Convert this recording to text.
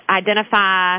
identify